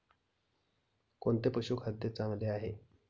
कोणते पशुखाद्य चांगले आहे?